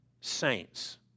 saints